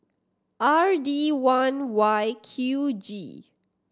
R D one Y Q G